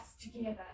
together